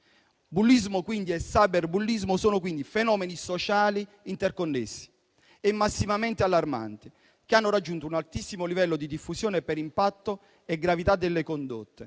Bullismo e cyberbullismo sono quindi fenomeni sociali interconnessi e massimamente allarmanti, che hanno raggiunto un altissimo livello di diffusione per impatto e gravità delle condotte,